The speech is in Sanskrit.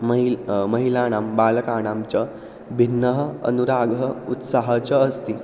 महिलानां महिलानां बालकानांच भिन्नः अनुरागः उत्साहः च अस्ति